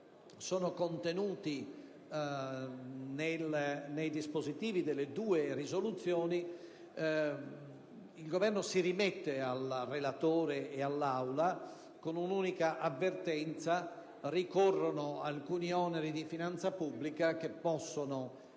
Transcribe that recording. contenuti nei dispositivi delle due proposte di risoluzione, il Governo si rimette al relatore e all'Aula con un'unica avvertenza: ricorrono alcuni oneri di finanza pubblica che possono essere